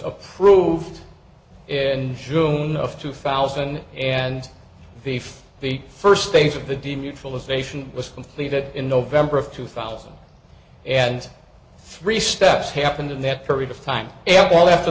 approved in june of two thousand and beef the first stage of the dea mutualization was completed in november of two thousand and three steps happened in that period of time all after